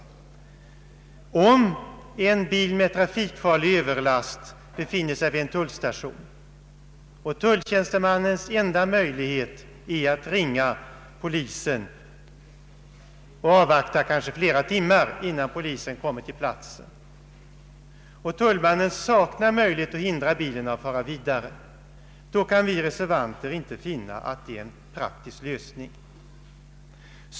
Om en bil med trafikfarlig överlast befinner sig vid en tullstation och tulltjänstemannens enda möjlighet är att ringa polisen och avvakta, kanske flera timmar innan polisen kommer till platsen, och tullmannen saknar möjlighet att hindra bilen att fara vidare, då kan vi reservanter inte finna att det är en praktisk lösning.